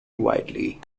widely